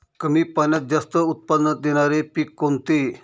कमी पाण्यात जास्त उत्त्पन्न देणारे पीक कोणते?